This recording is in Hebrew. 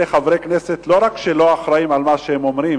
אלה חברי כנסת שלא רק שהם לא אחראים למה שהם אומרים,